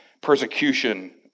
persecution